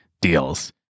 deals